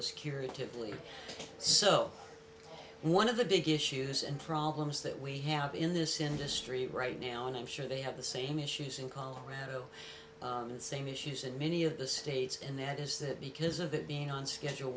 as curative lead so one of the big issues and problems that we have in this industry right now and i'm sure they have the same issues in colorado the same issues and many of the states and that is that because of that being on schedule